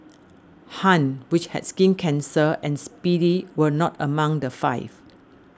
Han which had skin cancer and Speedy were not among the five